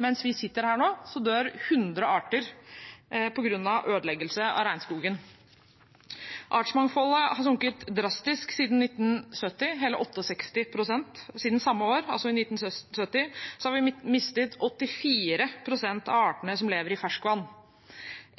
mens vi sitter her nå, dør hundre arter på grunn av ødeleggelse av regnskogen. Artsmangfoldet har sunket drastisk siden 1970, hele 68 pst. Siden samme år, altså 1970, har vi mistet 84 pst. av artene som lever i ferskvann.